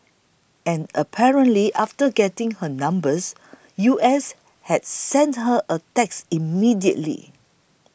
and apparently after getting her numbers U S had sent her a text immediately